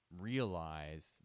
realize